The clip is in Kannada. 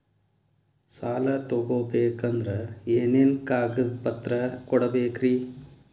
ಸಾಲ ತೊಗೋಬೇಕಂದ್ರ ಏನೇನ್ ಕಾಗದಪತ್ರ ಕೊಡಬೇಕ್ರಿ?